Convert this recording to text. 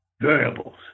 variables